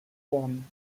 won